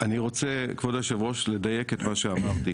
אני רוצה, כבוד היושב ראש, לדייק את מה שאמרתי.